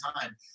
time